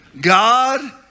God